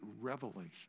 revelation